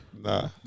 Nah